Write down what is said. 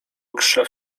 krzew